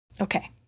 Okay